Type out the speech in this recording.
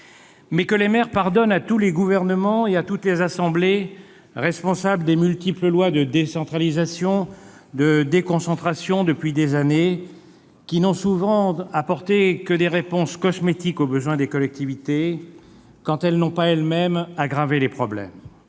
bien !... mais à tous les gouvernements et à toutes les assemblées responsables des multiples lois de décentralisation et de déconcentration mises en oeuvre depuis des années, qui n'ont souvent apporté que des réponses cosmétiques aux besoins des collectivités, quand elles n'ont pas elles-mêmes aggravé les problèmes.